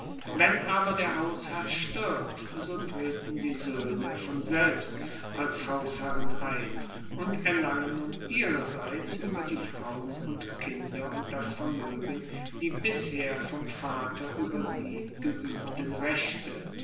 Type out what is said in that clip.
wenn aber der hausherr stirbt so treten die soehne von selbst als hausherren ein und erlangen nun ihrerseits ueber die frauen und kinder und das vermoegen die bisher vom vater ueber sie geuebten rechte